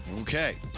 Okay